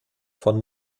von